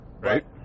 Right